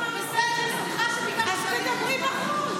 בסדר, סליחה שביקשתי --- אז תדברי בחוץ.